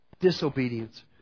disobedience